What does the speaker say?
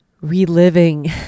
reliving